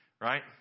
right